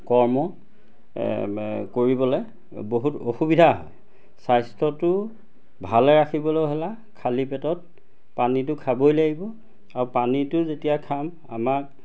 কৰ্ম কৰিবলে বহুত অসুবিধা হয় স্বাস্থ্যটো ভালে ৰাখিবলৈ হ'লে খালী পেটত পানীটো খাবই লাগিব আৰু পানীটো যেতিয়া খাম আমাক